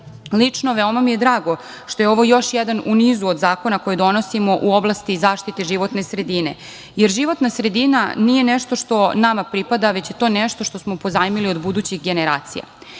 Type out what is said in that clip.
veoma mi je drago što je ovo još jedan u nizu od zakona koje donosimo u oblasti zaštite životne sredine, jer životna sredina nije nešto što nama pripada, već je to nešto što smo pozajmili od budućih generacija.I